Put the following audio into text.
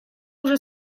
уже